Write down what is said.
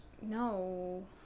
No